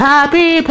Happy